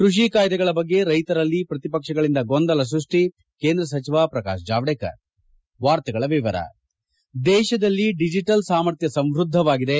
ಕೃಷಿ ಕಾಯ್ದೆಗಳ ಬಗ್ಗೆ ರೈತರಲ್ಲಿ ಪ್ರತಿಪಕ್ಷಗಳಿಂದ ಗೊಂದಲ ಸೃಷ್ಟಿ ಕೇಂದ್ರ ಸಚಿವ ಪ್ರಕಾಶ್ ಜಾವಡೇಕರ್ ದೇಶದಲ್ಲಿ ಡಿಜೆಟಲ್ ಸಾಮರ್ಥ್ಯ ಸಂವ್ಯದ್ಧವಾಗಿದೆ